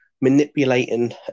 manipulating